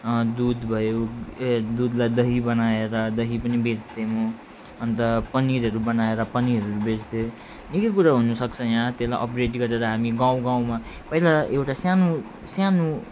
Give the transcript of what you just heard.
अँ दुध भयो ए दुधलाई दही बनाएर दही पनि बेच्थेँ म अन्त पनिरहरू बनाएर पनिरहरू बेच्थेँ निकै कुरो हुनु सक्छ यहाँ त्यलाई अपग्रेड गरेर हामी गाउँ गाउँमा पहिला एउटा सानो सानो